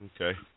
Okay